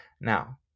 Now